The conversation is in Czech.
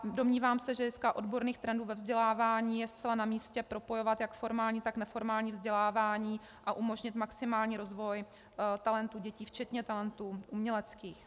Domnívám se, že z hlediska odborných trendů ve vzdělávání je zcela namístě propojovat jak formální, tak neformální vzdělávání a umožnit maximální rozvoj talentů dětí, včetně talentů uměleckých.